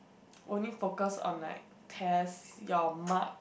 only focus on like test your mark